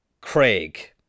Craig